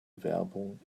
werbung